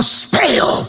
spell